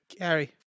Gary